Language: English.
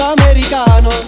Americano